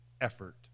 effort